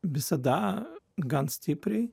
visada gan stipriai